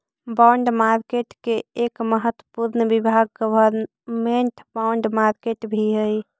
bond market के एक महत्वपूर्ण विभाग गवर्नमेंट बॉन्ड मार्केट भी हइ